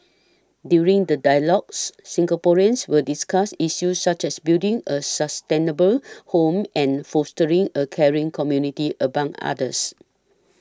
during the dialogues Singaporeans will discuss issues such as building a sustainable home and fostering a caring community among others